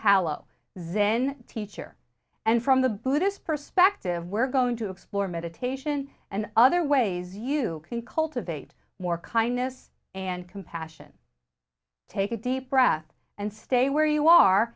hallow zen teacher and from the buddhist perspective we're going to explore meditation and other ways you can cultivate more kindness and compassion take a deep breath and stay where you are